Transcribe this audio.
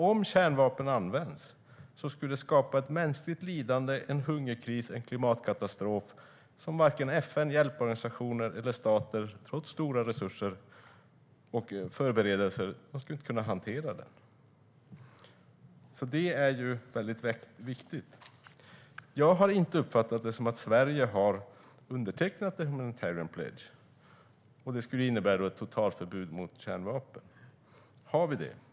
Om kärnvapen skulle användas skulle det skapa ett mänskligt lidande, en hungerkris och en klimatkatastrof som varken FN, hjälporganisationer eller stater, trots stora resurser och förberedelser, skulle kunna hantera. Det här är viktigt. Jag har inte uppfattat det som att Sverige har undertecknat Humanitarian Pledge, som skulle innebära ett totalförbud mot kärnvapen. Har vi det?